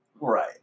Right